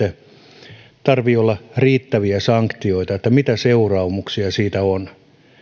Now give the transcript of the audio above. kai sitten tarvitsee olla riittäviä sanktioita mitä seuraamuksia siitä on